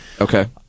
Okay